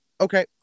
Okay